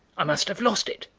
i must have lost it,